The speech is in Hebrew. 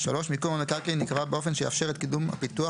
(3) מיקום המקרקעין ייקבע באופן שיאפשר את קידום הפיתוח